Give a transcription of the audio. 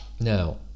now